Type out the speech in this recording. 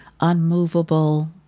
unmovable